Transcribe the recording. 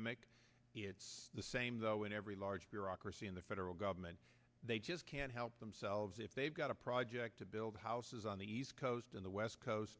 make it's the same though in every large bureaucracy in the federal government they just can't help themselves if they've got a project to build houses on the east coast in the west coast